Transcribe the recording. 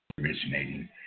originating